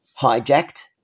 hijacked